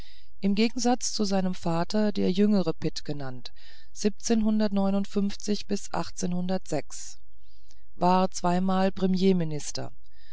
im gegensatz zu seinem vater der jüngere pitt genannt war zweimal premierminister